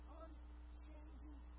unchanging